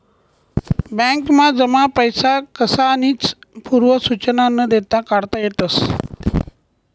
बॅकमा जमा पैसा कसानीच पूर्व सुचना न देता काढता येतस